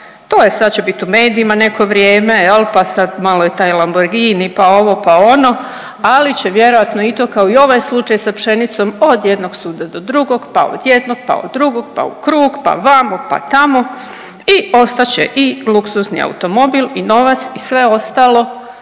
to je sad će biti u medijima neko vrijeme jel, pa sad malo i taj Lamborghini pa ovo, pa ono, ali će vjerojatno i to kao i ovaj slučaj sa pšenicom od jednog suda do drugog, pa od jednog pa od drugog, pa u krug, pa vamo pa tamo i ostat će i luksuzni automobil i novac i sve ostalo,